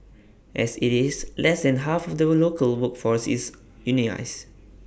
as IT is less than half of the local workforce is unionised